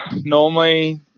normally